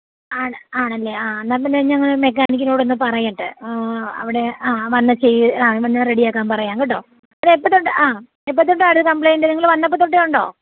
ആണ് ആണല്ലേ ആ എന്നാൽ പിന്നെ മെക്കാനിക്കിനോടൊന്ന് പറയട്ടെ അവിടെ ആ വന്ന് ചെയ്യ് ആ വന്ന് റെഡി ആക്കാൻ പറയാം കേട്ടോ അത് എപ്പം തൊട്ട് ആ എപ്പം തൊട്ടായിരുന്നു കംപ്ലയിൻ്റ് നിങ്ങൾ വന്നപ്പം തൊട്ടേ ഉണ്ടോ